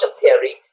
theory